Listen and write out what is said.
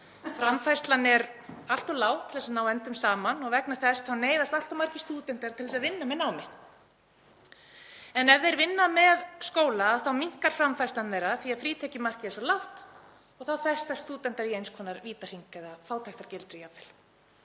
Framfærslan er allt of lág til að ná endum saman og vegna þess neyðast allt of margir stúdentar til að vinna með námi en ef þeir vinna með skóla þá minnkar framfærsla þeirra því að frítekjumarkið er svo lágt og þá festast stúdentar í eins konar vítahring eða jafnvel fátæktargildru. Þeir